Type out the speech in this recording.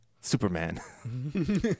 Superman